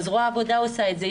גם זרוע העבודה עושה את זה.